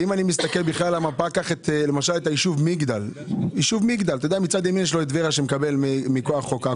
או היישוב מגדל מצד אחד טבריה מקבלת מכוח חוק עכו,